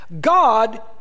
God